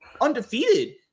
undefeated